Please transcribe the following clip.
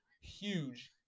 huge